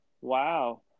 Wow